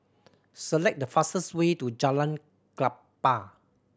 select the fastest way to Jalan Klapa